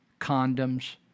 condoms